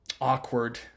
awkward